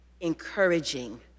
encouraging